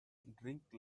drink